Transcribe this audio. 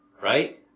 right